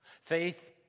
faith